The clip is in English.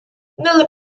nellie